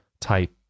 type